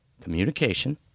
Communication